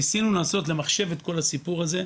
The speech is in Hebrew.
ניסינו למחשב את כל הסיפור הזה,